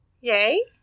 Yay